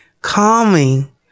calming